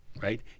right